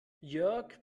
jörg